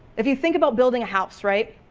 if you think about building a house, right,